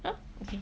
oh okay